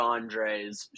Andres